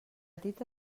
tita